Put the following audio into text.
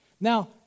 Now